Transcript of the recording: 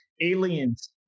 Aliens